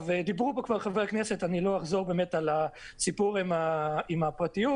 דיברו פה חברי הכנסת ואני לא אחזור על עניין הפרטיות.